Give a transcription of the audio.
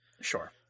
Sure